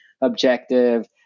objective